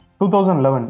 2011